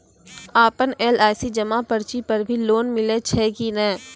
आपन एल.आई.सी जमा पर्ची पर भी लोन मिलै छै कि नै?